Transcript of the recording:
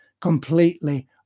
completely